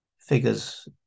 figures